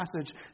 passage